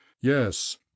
yes